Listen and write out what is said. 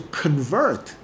convert